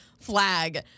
flag